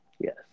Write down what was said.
Yes